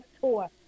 Tour